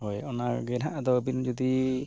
ᱦᱳᱭ ᱚᱱᱟᱜᱮ ᱱᱟᱦᱟᱸᱜ ᱟᱫᱚ ᱟᱹᱵᱤᱱ ᱡᱩᱫᱤ